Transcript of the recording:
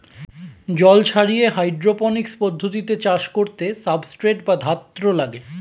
জল ছাড়িয়ে হাইড্রোপনিক্স পদ্ধতিতে চাষ করতে সাবস্ট্রেট বা ধাত্র লাগে